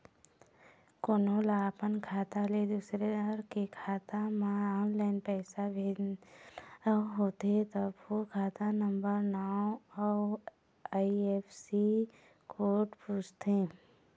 कोनो ल अपन खाता ले दूसर के खाता म ऑनलाईन पइसा भेजना होथे तभो खाता नंबर, नांव अउ आई.एफ.एस.सी कोड पूछथे